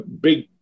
big